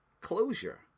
closure